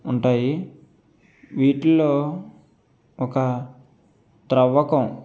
ఉంటాయి వీటిల్లో ఒక త్రవ్వకం